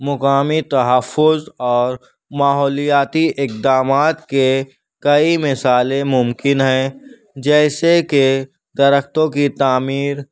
مقامی تحفظ اور ماحولیاتی اقدامات کے کئی مثالیں ممکن ہیں جیسے کہ درختوں کی تعمیر